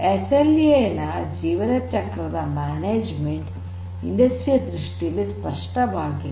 SLA ನ ಜೀವನ ಚಕ್ರದ ನಿರ್ವಹಣೆ ಕೈಗಾರಿಕೆಯ ದೃಷ್ಟಿಯಲ್ಲಿ ಸ್ಪಷ್ಟವಾಗಿಲ್ಲ